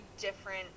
different